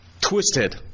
twisted